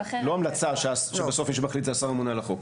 לא המלצה שבסוף מי שמחליט זה השר הממונה על החוק,